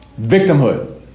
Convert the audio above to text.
Victimhood